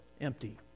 empty